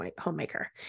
homemaker